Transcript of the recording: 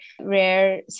rare